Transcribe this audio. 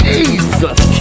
Jesus